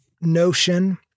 notion